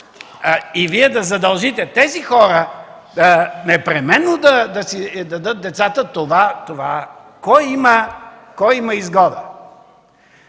И Вие да задължите тези хора непременно да си дадат децата – от това кой има изгода?